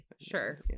Sure